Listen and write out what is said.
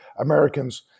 Americans